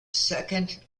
second